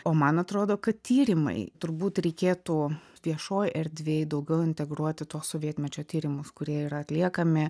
o man atrodo kad tyrimai turbūt reikėtų viešoj erdvėj daugiau integruoti tuos sovietmečio tyrimus kurie yra atliekami